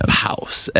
house